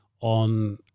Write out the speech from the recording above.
on